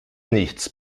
nichts